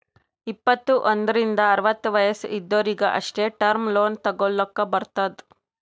ಇಪ್ಪತ್ತು ಒಂದ್ರಿಂದ್ ಅರವತ್ತ ವಯಸ್ಸ್ ಇದ್ದೊರಿಗ್ ಅಷ್ಟೇ ಟರ್ಮ್ ಲೋನ್ ತಗೊಲ್ಲಕ್ ಬರ್ತುದ್